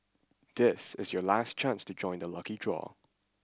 this is your last chance to join the lucky draw